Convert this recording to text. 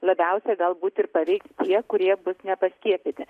labiausiai galbūt ir paveiks tie kurie bus nepaskiepyti